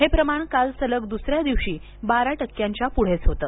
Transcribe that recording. हे प्रमाण काल सलग दुसऱ्या दिवशी बारा टक्क्यांच्या पुढेच होतं